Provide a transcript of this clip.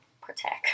Protect